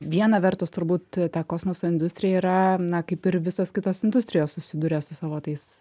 viena vertus turbūt ta kosmoso industrija yra na kaip ir visos kitos industrijos susiduria su savo tais